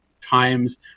times